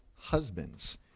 husbands